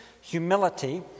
humility